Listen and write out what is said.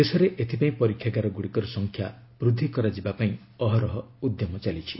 ଦେଶରେ ଏଥିପାଇଁ ପରୀକ୍ଷାଗାର ଗୁଡ଼ିକର ସଂଖ୍ୟା ବୃଦ୍ଧି କରାଯିବା ଲାଗି ଅହରହ ଉଦ୍ୟମ ଚାଲିଛି